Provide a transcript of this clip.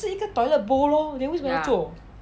它就是一个 toilet bowl loh then 为什么要做